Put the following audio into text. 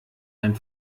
ein